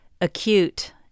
acute